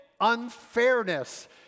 unfairness